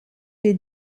les